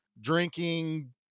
drinking